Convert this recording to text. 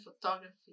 photography